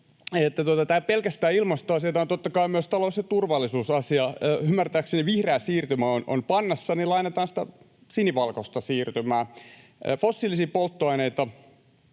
ole pelkästään ilmastoasia, tämä on totta kai myös talous- ja turvallisuusasia. Ymmärtääkseni vihreä siirtymä on pannassa, niin että lainataan sitä sinivalkoista siirtymää. Fossiiliset polttoaineet